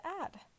add